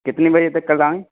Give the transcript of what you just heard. کتنے بجے تک کل آئیں